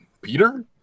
Peter